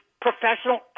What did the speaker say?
professional